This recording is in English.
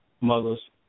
mothers